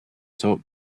talk